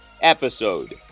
episode